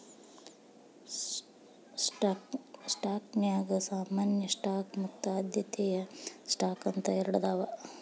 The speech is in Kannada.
ಸ್ಟಾಕ್ನ್ಯಾಗ ಸಾಮಾನ್ಯ ಸ್ಟಾಕ್ ಮತ್ತ ಆದ್ಯತೆಯ ಸ್ಟಾಕ್ ಅಂತ ಎರಡದಾವ